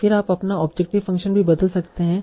फिर आप अपना ऑब्जेक्टिव फ़ंक्शन भी बदल सकते हैं